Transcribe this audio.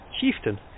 Chieftain